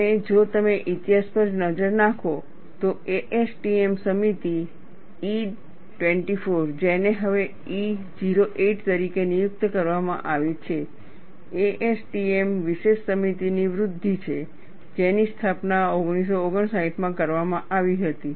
અને જો તમે ઈતિહાસ પર નજર નાખો તો ASTM સમિતિ E 24 જેને હવે E 08 તરીકે નિયુક્ત કરવામાં આવી છે ASTM વિશેષ સમિતિની વૃદ્ધિ છે જેની સ્થાપના 1959 માં કરવામાં આવી હતી